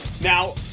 Now